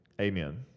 amen